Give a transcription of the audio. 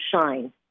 shine